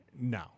no